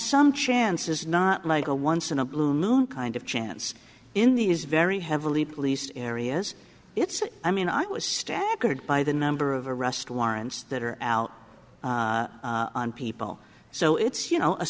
some chances not like a once in a blue moon kind of chance in these very heavily policed areas it's i mean i was staggered by the number of arrest warrants that are out on people so it's you know a